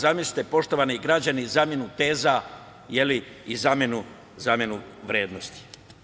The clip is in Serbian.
Zamislite poštovani građani zamenu teza i zamenu vrednosti.